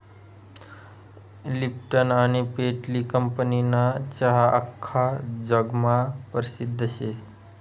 Lipton आनी पेटली कंपनीना चहा आख्खा जगमा परसिद्ध शे